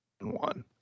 one